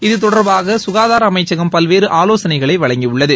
இது தொடர்பாக சுகாதார அமைச்சகம் பல்வேறு ஆலோசனைகளை வழங்கியுள்ளது